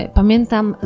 pamiętam